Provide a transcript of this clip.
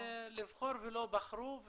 לבחור ולא בחרו,